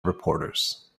reporters